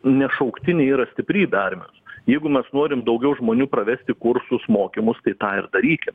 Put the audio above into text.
ne šauktiniai yra stiprybė armijos jeigu mes norim daugiau žmonių pravesti kursus mokymus tai tą ir darykim